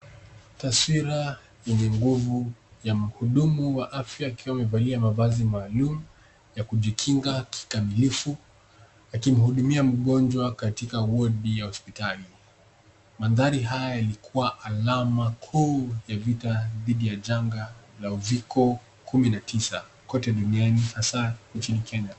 Taswira yenye nguvu ya mhudumu wa afya akiwa amevalia maalum ya kujikinga kikamilifu, akimhudumia mgonjwa katika wodi ya hospitali. Mandhari haya ilikua alama kuu vita dhidi ya janga la uviko kumi na tisa kote duniani hasa nchini Kenya.